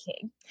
King